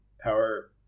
power